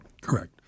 Correct